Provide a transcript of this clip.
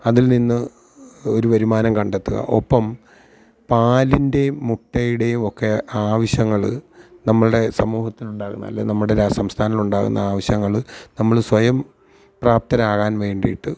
അതില് നിന്ന് ഒരു വരുമാനം കണ്ടെത്തുക ഒപ്പം പാലിന്റെയും മുട്ടയുടെയും ഒക്കെ അവിശ്യങ്ങൾ നമ്മളുടെ സമൂഹത്തിലുണ്ടാകുന്ന അല്ലേല് നമ്മുടെ സംസ്ഥാനങ്ങളിലുണ്ടാകുന്ന ആവിശ്യങ്ങൾ നമ്മൾ സ്വയം പ്രാപ്തരാകാന് വേണ്ടിയിട്ട്